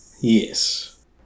Yes